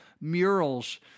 murals